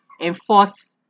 enforce